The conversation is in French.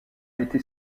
été